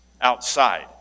outside